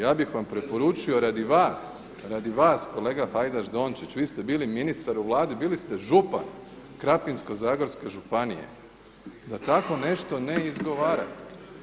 Ja bih vam preporučio radi vas, radi vas kolega Hajdaš Dončić vi ste bili ministar u Vladi, bili ste župan Krapinsko-zagorske županije da tako nešto ne izgovarate.